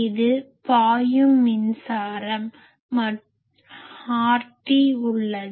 இது பாயும் மின்சாரம் மற்றும் RT உள்ளது